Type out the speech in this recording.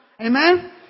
Amen